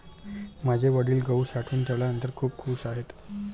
माझे वडील गहू साठवून ठेवल्यानंतर खूप खूश आहेत